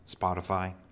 Spotify